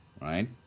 right